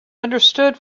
understood